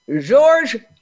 George